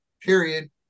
period